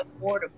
affordable